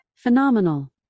Phenomenal